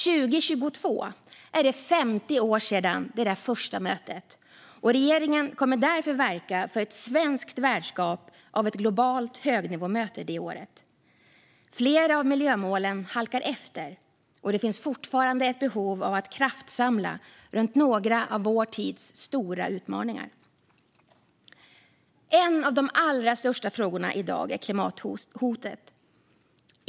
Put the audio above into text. År 2022 är det 50 år sedan det där första mötet. Regeringen kommer därför att verka för ett svenskt värdskap av ett globalt högnivåmöte det året. Flera av miljömålen halkar efter, och det finns fortfarande behov av att kraftsamla runt några av vår tids stora utmaningar. En av de allra största frågorna i dag är klimathotet.